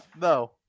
no